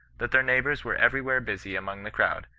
that their neighbours were everywhere busy among the crowd,